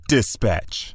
Dispatch